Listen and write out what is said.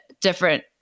different